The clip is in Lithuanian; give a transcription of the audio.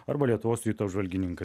arba lietuvos ryto apžvalgininkas